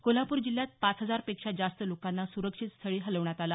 कोल्हापूर जिल्ह्यात पाचहजार पेक्षा जास्त लोकांना सुरक्षित स्थळी हलवण्यात आलं